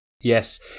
Yes